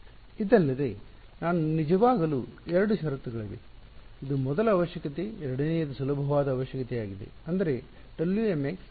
ಇದಲ್ಲದೆ ನಾನು ನಿಜವಾಗಲೂ ಎರಡು ಷರತ್ತುಗಳಿವೆ ಇದು ಮೊದಲ ಅವಶ್ಯಕತೆ ಎರಡನೆಯದು ಸುಲಭವಾದ ಅವಶ್ಯಕತೆಯಾಗಿದೆ ಅಂದರೆ Wmx ಗಡಿ ಪರಿಸ್ಥಿತಿಗಳನ್ನು ಪಾಲಿಸಬೇಕು